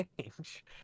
change